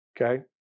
okay